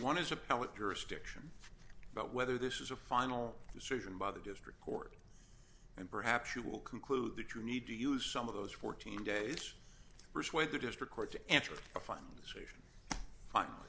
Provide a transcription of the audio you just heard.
one is appellate jurisdiction but whether this is a final decision by the district court and perhaps you will conclude that you need to use some of those fourteen days persuade the district court to enter a final decision